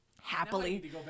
happily